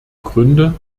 gründe